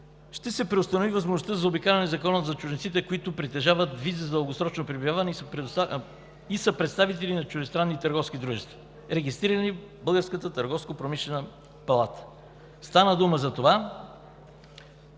ще се преустанови възможността за заобикаляне на Закона за чужденците, които притежават виза за дългосрочно пребиваване и са представители на чуждестранни търговски дружества, регистрирани в Българската